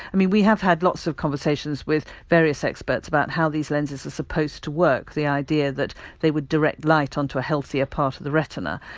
i mean we have had lots of conversations with various experts about how these lenses are supposed to work, the idea that they would direct light on to a healthier part of the retina.